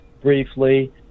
briefly